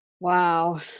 Wow